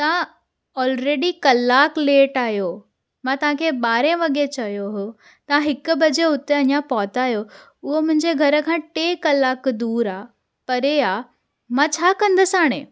तव्हां ऑलरेडी कलाकलु लेट आहियो मां तव्हांखे ॿारहां वॻे चयो हुओ तव्हां हिकु बजे हुते पहुता आहियो उहो मुंहिंजे घर खां टे कलाक दूरि आहे परेआहे मां छा कंदसि हाणे